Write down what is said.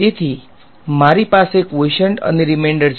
તેથી મારી પાસે ક્વોશંટ અને રીમેંડર છે